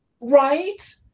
right